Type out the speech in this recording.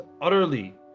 utterly